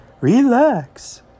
Relax